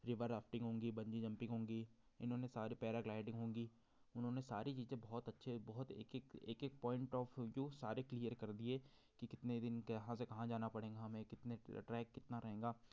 रिवब rafting होगी bungee jumping होगी इन्होंने सारी पैराग्लाइडिंग होगी उन्होंने सारी चीज़ें बोहोत अच्छे बहुत एक एक एक एक पॉइंट ऑफ व्यू जो सारे क्लियर कर दिए कि कितने दिन कहाँ से कहाँ जाना पड़ेगा हमें कितने ट्रैक कितना रहेगा